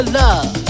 love